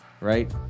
right